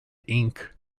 ink